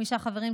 חמישה חברים,